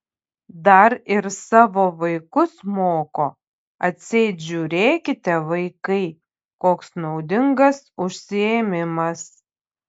dar ir savo vaikus moko atseit žiūrėkite vaikai koks naudingas užsiėmimas